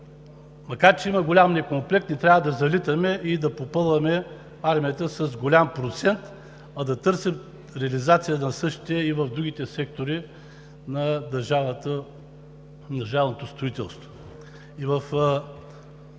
макар че има голям некомплект, не трябва да залитаме и да попълваме армията с голям процент, а да търсим реализация на същите и в другите сектори на държавното строителство.